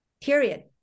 period